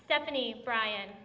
stephanie brian